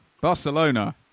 Barcelona